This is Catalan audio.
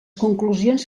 conclusions